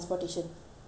ya because